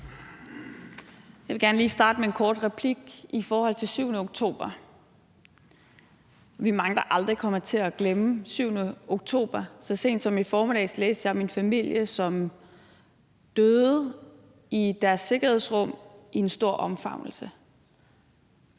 Jeg vil gerne lige starte med en kort replik i forhold til 7. oktober. Vi er mange, der aldrig kommer til at glemme 7. oktober. Så sent som i formiddag læste jeg om en familie, som døde i deres sikkerhedsrum i en stor omfavnelse.